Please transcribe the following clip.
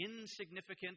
insignificant